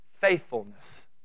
faithfulness